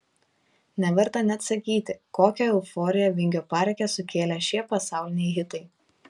neverta net sakyti kokią euforiją vingio parke sukėlė šie pasauliniai hitai